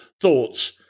thoughts